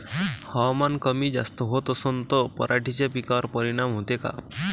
हवामान कमी जास्त होत असन त पराटीच्या पिकावर परिनाम होते का?